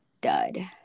dud